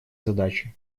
задачи